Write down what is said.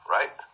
Right